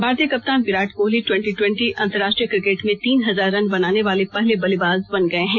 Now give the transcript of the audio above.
भारतीय कप्तान Virat Kohli twenty twenty अंतरराष्ट्रीय क्रिकेट में तीन हजार रन बनाने वाले पहले बल्लेबाज बन गये हैं